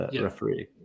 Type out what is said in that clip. referee